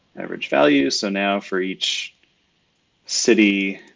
average value. so now for each city,